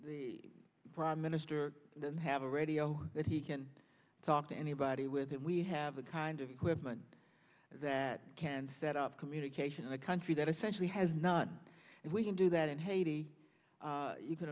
the prime minister didn't have a radio that he can talk to anybody with that we have a kind of equipment that can set up communication in a country that essentially has not and we can do that in haiti you can